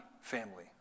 family